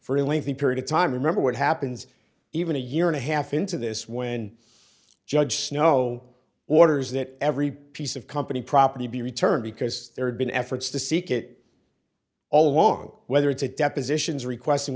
lengthy period of time remember what happens even a year and a half into this when judge snow orders that every piece of company property be returned because there had been efforts to seek it all along whether it's a depositions request and